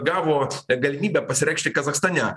gavo galimybę pasireikšti kazachstane